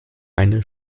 eine